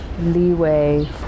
leeway